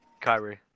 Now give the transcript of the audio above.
Kyrie